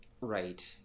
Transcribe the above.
Right